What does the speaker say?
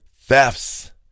thefts